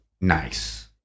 nice